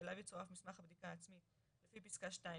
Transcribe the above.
שאליו יצורף מסמך הבדיקה העצמית לפי פסקה (2),